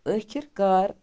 آخر کار